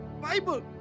Bible